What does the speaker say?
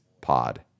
Pod